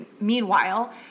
meanwhile